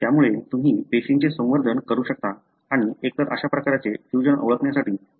त्यामुळे तुम्ही पेशींचे संवर्धन करू शकता आणि एकतर अशा प्रकारचे फ्यूजन ओळखण्यासाठी तुम्ही जाऊन PCR करू शकता